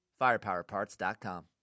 Firepowerparts.com